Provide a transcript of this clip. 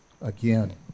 again